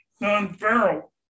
non-feral